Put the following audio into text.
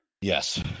Yes